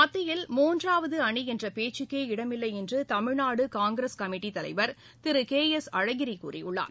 மத்தியில் மூன்றாவது அணி என்ற பேச்சுக்கே இடமில்லை என்று தமிழ்நாடு காங்கிரஸ் கமிட்டி தலைவர் திரு கே எஸ் அழகிரி கூறியுள்ளார்